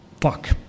Fuck